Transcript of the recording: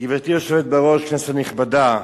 גברתי היושבת בראש, כנסת נכבדה,